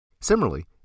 Similarly